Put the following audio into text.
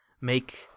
make